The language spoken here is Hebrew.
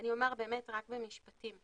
אני אומר רק בכותרות.